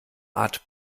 art